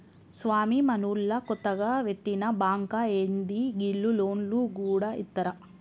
స్వామీ, మనూళ్ల కొత్తగ వెట్టిన బాంకా ఏంది, గీళ్లు లోన్లు గూడ ఇత్తరా